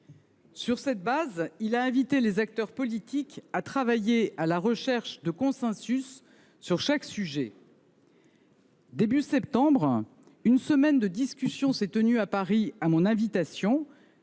Sur cette base, il a invité les acteurs politiques à travailler à la recherche de consensus pour chaque sujet. Au début du mois de septembre dernier, une semaine de discussions s’est tenue à Paris à mon invitation.